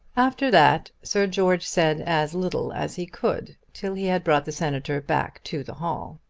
after that sir george said as little as he could, till he had brought the senator back to the hall.